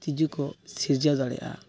ᱛᱤᱡᱩ ᱠᱚ ᱥᱤᱨᱡᱟᱹᱣ ᱫᱟᱲᱮᱭᱟᱜᱼᱟ